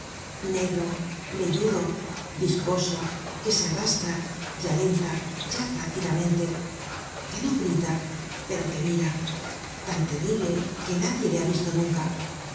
negro velludo viscoso que se arrastra ya lenta ya rápidamente que no grita pero que mira tan terrible que nadie le ha visto nunca